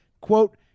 quote